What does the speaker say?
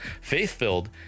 faith-filled